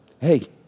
Hey